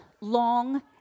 long